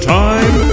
time